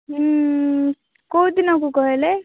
ହୁଁ କେଉଁ ଦିନକୁ କହିଲେ